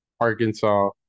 Arkansas